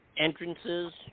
entrances